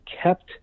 kept